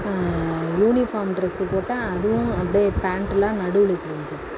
uniform dress போட்டால் அதுவும் அப்படியே பேண்ட்டெலாம் நடுவில் கிழிஞ்சுடுச்சு